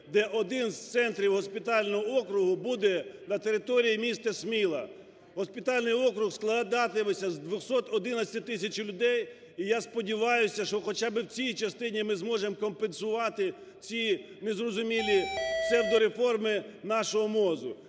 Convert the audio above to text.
де один із центрів госпітального округу буде на території міста Сміла. Госпітальний округ складатиметься з 211 тисяч людей. І я сподіваюсь, що хоча б у цій частині ми зможемо компенсувати ці незрозумілі псевдореформи нашого МОЗу.